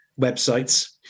websites